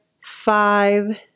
five